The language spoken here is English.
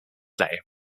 day